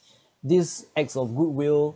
these acts of goodwill